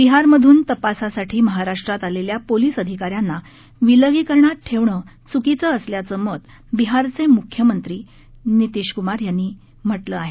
विहारमधून तपासासाठी महाराष्ट्रात आलेल्या पोलिस अधिकाऱ्यांना विलगीकरणात ठेवणं घुकीचं असल्याचं मत विहारघे मुख्यमंत्री नितीश कुमार यांनी व्यक्त केला आहे